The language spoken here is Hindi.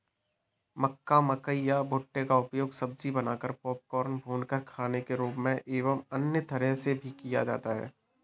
मक्का, मकई या भुट्टे का उपयोग सब्जी बनाकर, पॉपकॉर्न, भूनकर खाने के रूप में एवं अन्य तरह से भी किया जाता है